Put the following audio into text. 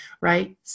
right